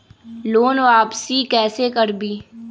Loan वापसी कैसे करबी?